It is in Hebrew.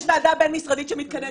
או "יש ועדה בין משרדית שמתכנסת".